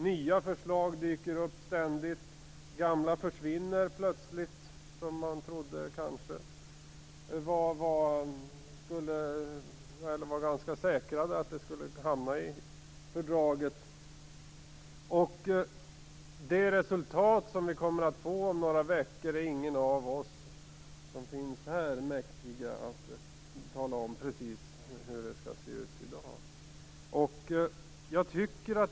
Nya förslag dyker upp ständigt och gamla försvinner plötslig, förslag som man var ganska säker på att de skulle tas med i fördraget. Ingen av oss här är mäktig att ange precis hur det resultat som presenteras om ett par veckor kommer att se ut.